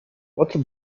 water